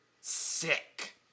Sick